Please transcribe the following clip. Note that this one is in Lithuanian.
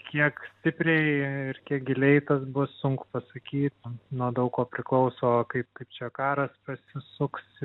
kiek stipriai ir kiek giliai tas bus sunku pasakyt nuo daug ko priklauso kaip kaip čia karas pasisuks